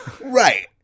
right